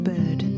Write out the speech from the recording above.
Bird